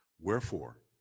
Wherefore